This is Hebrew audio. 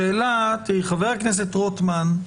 חבר הכנסת רוטמן,